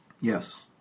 yes